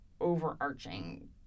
overarching